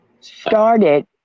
started